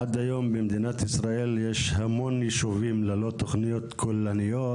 עד היום במדינת ישראל יש המון ישובים ללא תוכניות כוללניות,